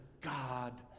God